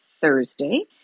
Thursday